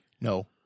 No